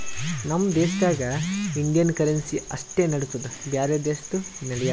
ನಮ್ ದೇಶದಾಗ್ Indian currency ಅಷ್ಟೇ ನಡಿತ್ತುದ್ ಬ್ಯಾರೆ ದೇಶದು ನಡ್ಯಾಲ್